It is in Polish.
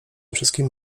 wszystkim